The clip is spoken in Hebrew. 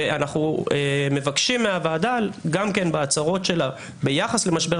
ואנחנו מבקשים מהוועדה בהצהרות שלה ביחס עם משבר